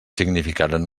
significaren